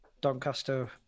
Doncaster